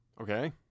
Okay